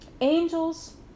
Angels